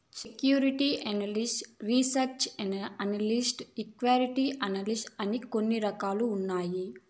security analyst research analyst equity analyst అని కొన్ని రకాలు ఉన్నాయి